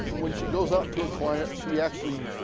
when she goes out to a client she actually,